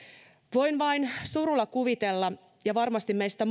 voin vain surulla kuvitella ja varmasti meistä